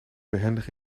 behendig